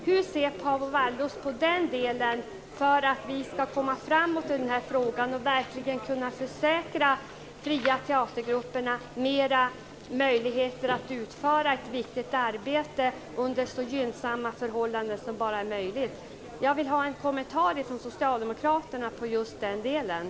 Hur ser Paavo Vallius på möjligheterna att verkligen tillförsäkra de fria teatergrupperna gynnsamma förutsättningar att utföra sitt viktiga arbete? Jag vill få en kommentar från socialdemokraterna till detta.